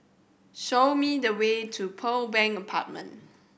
show me the way to Pearl Bank Apartment